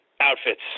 outfits